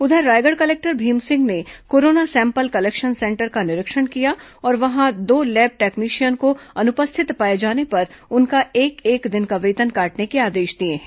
उधर रायगढ़ कलेक्टर भीमसिंह ने corona sample collection centre का निरीक्षण किया और वहां दो लैब टैक्निशियन को अनुपस्थित पाए जाने पर उनका एक एक दिन का वेतन काटने के आदेश दिए हैं